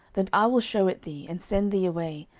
then i will shew it thee, and send thee away,